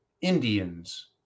Indians